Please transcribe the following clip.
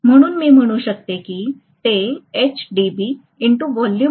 म्हणून मी म्हणू शकते की ते आहे